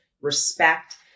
respect